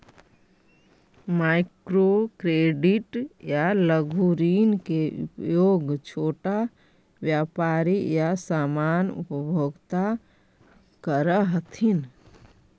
micro credit या लघु ऋण के उपयोग छोटा व्यापारी या सामान्य उपभोक्ता करऽ हथिन